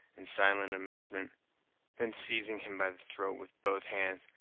in silent amazement then seizing him by the throat with both hands,